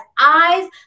eyes